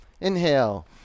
Inhale